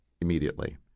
immediately